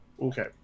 Okay